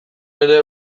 ere